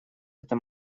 эта